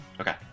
Okay